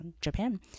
Japan